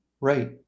Right